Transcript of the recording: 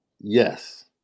Yes